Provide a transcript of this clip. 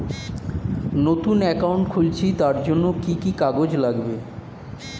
নতুন অ্যাকাউন্ট খুলছি তার জন্য কি কি কাগজ লাগবে?